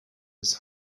his